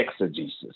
exegesis